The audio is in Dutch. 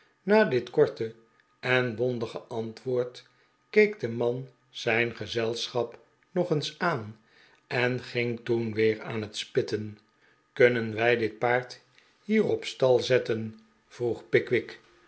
na dit korte en bondige antwoord keek de man zijn gezelschap nog eens aan en ging toen weer aan het spitten kunnen wij dit paard hier op stal zetten yroeg pickwick